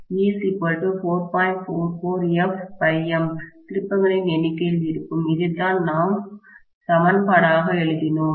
44f∅m திருப்பங்களின் எண்ணிக்கையில் இருக்கும் இதைத்தான் நாம் சமன்பாடாக எழுதினோம்